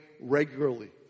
regularly